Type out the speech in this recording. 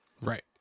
Right